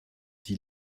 die